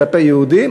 כלפי יהודים.